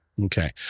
Okay